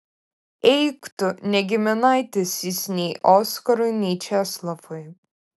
eik tu ne giminaitis jis nei oskarui nei česlovui